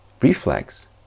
reflex